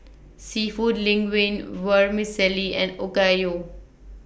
Seafood Linguine Vermicelli and Okayu